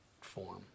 form